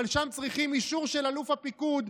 אבל שם צריכים אישור של אלוף הפיקוד,